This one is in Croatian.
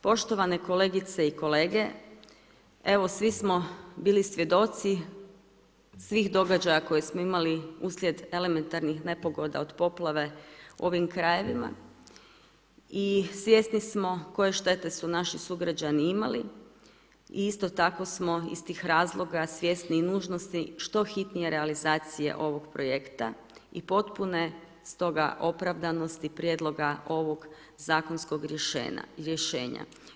Poštovane kolegice i kolege evo svi smo bili svjedoci svih događaja koje smo imali uslijed elementarnih nepogoda od poplave u ovim krajevima i svjesni smo koje štete su naši sugrađani imali i isto tako smo iz tih razloga svjesni i nužnosti što hitnje realizacije ovog projekta i potpune stoga opravdanosti prijedloga ovog zakonskog rješenja.